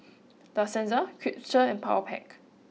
La Senza Chipster and Powerpac